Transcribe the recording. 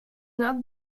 not